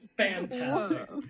Fantastic